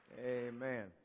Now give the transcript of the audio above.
amen